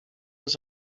his